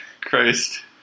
Christ